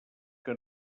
que